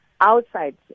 Outside